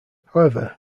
however